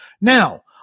Now